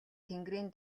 тэнгэрийн